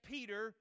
Peter